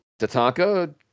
Tatanka